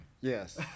Yes